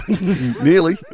Nearly